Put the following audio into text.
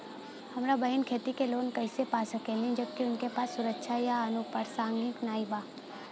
हमार बहिन खेती के लोन कईसे पा सकेली जबकि उनके पास सुरक्षा या अनुपरसांगिक नाई बा?